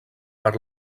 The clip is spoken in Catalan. per